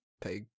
pay